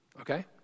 okay